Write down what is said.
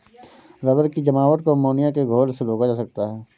rubber की जमावट को अमोनिया के घोल से रोका जा सकता है